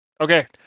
Okay